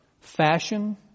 fashion